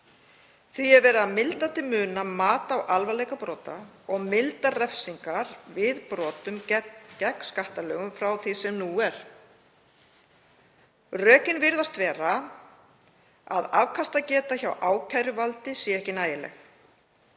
Því er verið að milda til muna mat á alvarleika brota og milda refsingar við brotum gegn skattalögum frá því sem nú er. Rökin virðast vera að afkastageta hjá ákæruvaldi sé ekki nægileg.